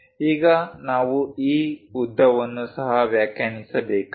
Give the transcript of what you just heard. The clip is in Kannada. ಈಗ ನಾವು ಈ ಉದ್ದವನ್ನು ಸಹ ವ್ಯಾಖ್ಯಾನಿಸಬೇಕಾಗಿದೆ